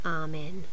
amen